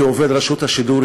כעובד רשות השידור,